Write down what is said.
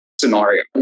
scenario